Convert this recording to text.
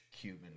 Cuban